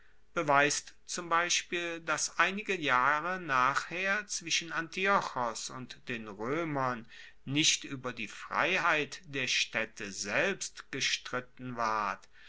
beweist zum beispiel dass einige jahre nachher zwischen antiochos und den roemern nicht ueber die freiheit der staedte selbst gestritten ward